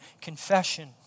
confession